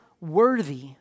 worthy